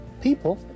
people